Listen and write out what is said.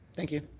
thank you.